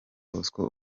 bosco